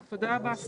תודה רבה.